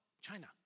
China